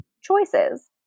choices